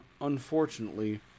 unfortunately